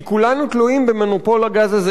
כי כולנו תלויים במונופול הגז הזה,